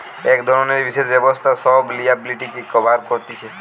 এক ধরণের বিশেষ ব্যবস্থা সব লিয়াবিলিটিকে কভার কতিছে